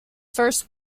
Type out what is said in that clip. first